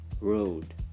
road